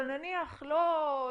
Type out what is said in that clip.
אבל נניח לא,